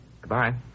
Goodbye